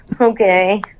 Okay